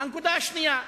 הנקודה השנייה,